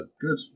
good